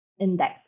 index